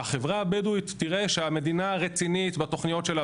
ב'- החברה הבדואית תראה שהמדינה רצינית בתוכניות שלה,